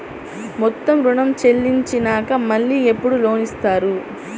మొత్తం ఋణం చెల్లించినాక మళ్ళీ ఎప్పుడు లోన్ ఇస్తారు?